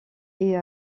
est